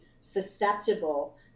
susceptible